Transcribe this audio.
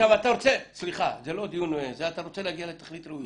אתה רוצה להגיע לתכלית ראויה?